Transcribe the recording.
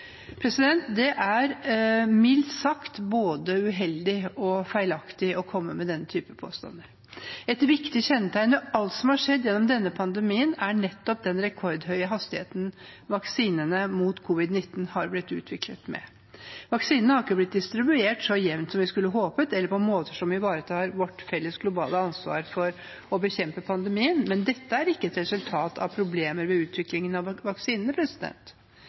Det er mildt sagt både uheldig og feilaktig å komme med den typen påstander. Ett viktig kjennetegn ved alt som har skjedd gjennom denne pandemien, er nettopp den rekordhøye hastigheten vaksinene mot covid-19 har blitt utviklet med. Vaksinene har ikke blitt distribuert så jevnt som vi skulle håpet, eller på måter som ivaretar vårt felles globale ansvar for å bekjempe pandemien, men dette er ikke et resultat av problemer ved utviklingen av vaksinene. Utviklingen av vaksinene